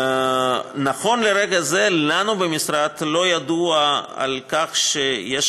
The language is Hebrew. נכון לרגע זה לנו במשרד לא ידוע על כך שיש